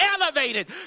elevated